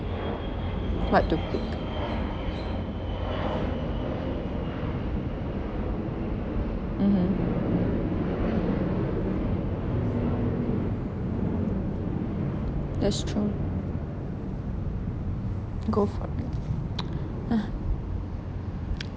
what to pick mmhmm that's true go for it